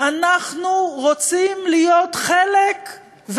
אנחנו רוצים להיות חלק,